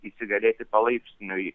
įsigalėti palaipsniui